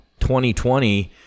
2020